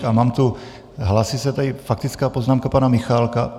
A mám tu... hlásí se tady faktická poznámka pana Michálka.